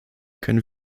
können